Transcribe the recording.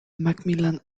macmillan